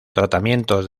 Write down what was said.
tratamientos